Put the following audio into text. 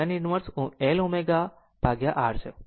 તે tan inverse L ω R છે